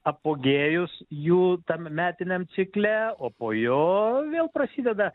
apogėjus jų tam metiniam cikle o po jo vėl prasideda